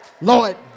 Lord